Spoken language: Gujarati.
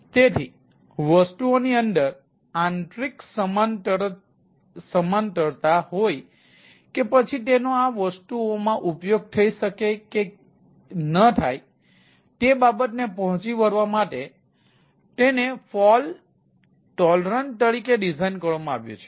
તેથી વસ્તુઓની અંદર આંતરિક સમાંતરતા હોય કે પછી તેનો આ વસ્તુઓમાં ઉપયોગ થઈ શકે કે ન થાય તે બાબત ને પોંહચી વળવા માટે તેને ફોલ્ટ ટોલરન્ટ તરીકે ડિઝાઇન કરવામાં આવ્યું છે